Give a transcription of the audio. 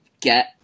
get